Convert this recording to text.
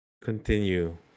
continue